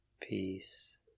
peace